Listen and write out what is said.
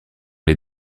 les